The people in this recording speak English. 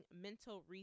mental